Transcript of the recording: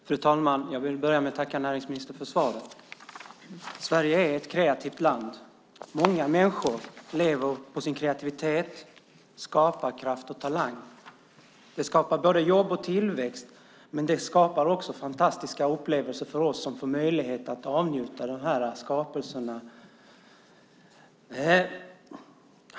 Fru talman! Jag vill börja med att tacka näringsministern för svaret. Sverige är ett kreativt land. Många människor lever på sin kreativitet, skaparkraft och talang. Det skapar både jobb och tillväxt, men det skapar också fantastiska upplevelser för oss som får möjlighet att avnjuta dessa skapelser.